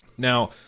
Now